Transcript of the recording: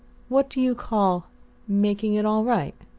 what do you call making it all right?